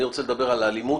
אני רוצה לדבר על האלימות,